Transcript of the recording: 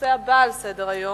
הנושא הבא על סדר-היום: